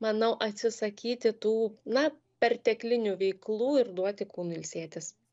manau atsisakyti tų na perteklinių veiklų ir duoti kūnui ilsėtis